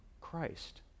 Christ